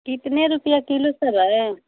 कितने रुपये किलो सब है